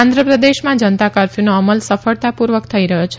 આંધ્રપ્રદેશમાં જનતા કરફયુનો અમલ સફળતાપૂર્વક થઇ રહ્યો છે